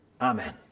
Amen